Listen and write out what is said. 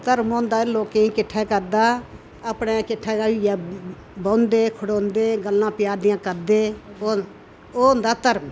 धर्म होंदा लोकें गी किट्ठा करदा अपने गी किट्ठे होइयै बौंह्दे खड़ोंदे गल्लां प्यार दियां करदे ओह् ओह् होंदा धर्म